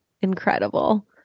Incredible